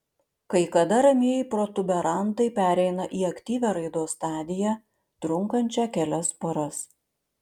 kai kada ramieji protuberantai pereina į aktyvią raidos stadiją trunkančią kelias paras